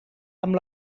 amb